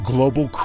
Global